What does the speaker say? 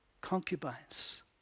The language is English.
concubines